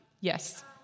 Yes